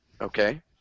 okay